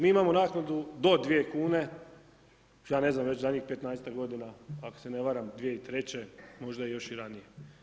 Mi imamo naknadu do 2 kn, ja ne znam, već zadnjih 15-ak godina, ako se ne varam 2003., možda još i ranije.